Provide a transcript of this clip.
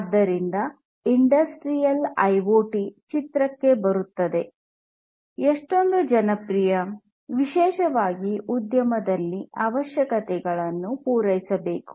ಆದ್ದರಿಂದ industrial IoT ಚಿತ್ರಕ್ಕೆ ಬರುತ್ತದೆ ಎಷ್ಟೊಂದು ಜನಪ್ರಿಯ ವಿಶೇಷವಾಗಿ ಉದ್ಯಮದಲ್ಲಿ ಅವಶ್ಯಕತೆಗಳನ್ನು ಪೂರೈಸಬೇಕು